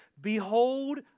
behold